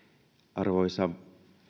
arvoisa